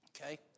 Okay